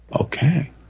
Okay